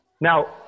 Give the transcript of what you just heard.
Now